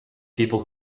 people